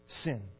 sin